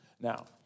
Now